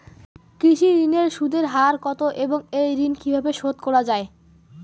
কৃষি ঋণের সুদের হার কত এবং এই ঋণ কীভাবে শোধ করা য়ায়?